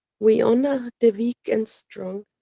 we honor the weak and strong,